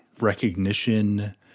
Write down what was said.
recognition